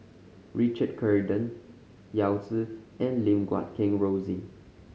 Richard Corridon Yao Zi and Lim Guat Kheng Rosie